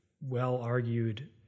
well-argued